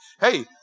Hey